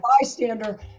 bystander